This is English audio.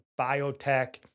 biotech